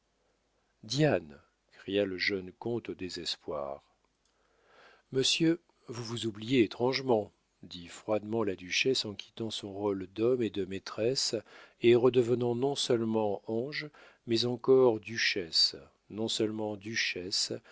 diane cria le jeune comte au désespoir monsieur vous vous oubliez étrangement dit froidement la duchesse en quittant son rôle d'homme et de maîtresse et redevenant non-seulement ange mais encore duchesse non-seulement duchesse